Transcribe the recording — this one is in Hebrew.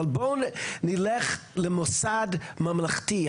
אבל בואו נלך למוסד ממלכתי,